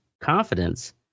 confidence